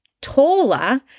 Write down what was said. taller